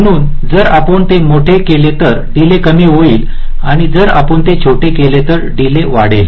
म्हणूनच जर आपण ते मोठे केले तर डीले कमी होईल जर आपण हे छोटे केले तर डीले वाढेल